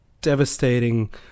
devastating